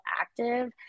active